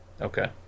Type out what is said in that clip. Okay